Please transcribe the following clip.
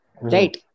Right